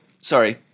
Sorry